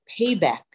payback